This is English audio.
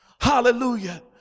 Hallelujah